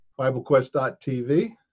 BibleQuest.tv